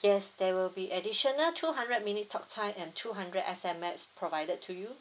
yes there will be additional two hundred minute talk time and two hundred S_M_S provided to you